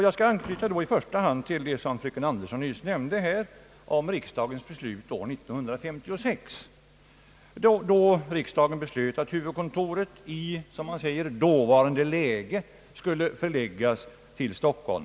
Jag skall då i första hand anknyta till vad fröken Andersson nämnde om riksdagens beslut år 1956, som innebar att huvudkontoret i, som man sade, dåvarande läge skulle förläggas till Stockholm.